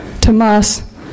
Tomas